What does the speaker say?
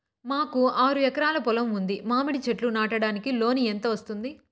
మాకు ఆరు ఎకరాలు పొలం ఉంది, మామిడి చెట్లు నాటడానికి లోను ఎంత వస్తుంది?